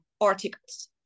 articles